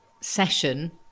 session